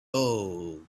old